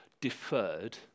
deferred